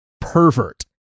pervert